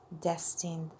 destined